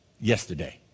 yesterday